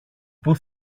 που